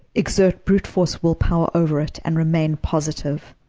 exert brute force willpower over it and remain positive.